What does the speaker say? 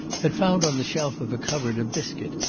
had found on the shelf of a cupboard a biscuit,